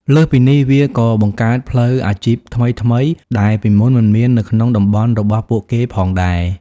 លើសពីនេះ វាក៏បង្កើតផ្លូវអាជីពថ្មីៗ ដែលពីមុនមិនមាននៅក្នុងតំបន់របស់ពួកគេផងដែរ។